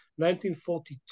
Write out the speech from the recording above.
1942